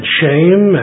shame